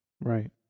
Right